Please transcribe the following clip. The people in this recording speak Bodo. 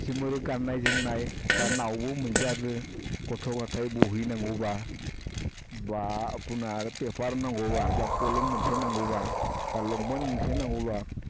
जिफोरो गाननाय जोमनाय बा न'आवबो मोनजादो गथ' गथायनो बहि नांगौबा बा आपुनार पेपार नांगौबा बा कलम मोनसे नांगौबा बा लंपेन्ट मोनसे नांगौबा